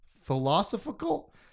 philosophical